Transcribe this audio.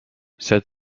said